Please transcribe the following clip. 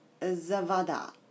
Zavada